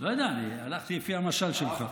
לא יודע, הלכתי לפי המשל שלך.